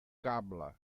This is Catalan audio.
cable